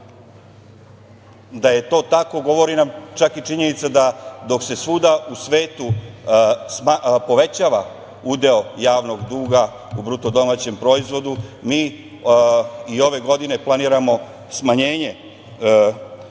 Da je to tako, govori nam čak i činjenica da dok se svuda u svetu povećava udeo javnog duga u BDP-u, mi i ove godine planiramo smanjenje udela